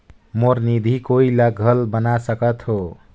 मोर निधि कोई ला घल बना सकत हो?